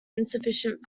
insufficient